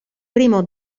primo